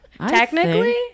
technically